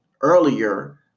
earlier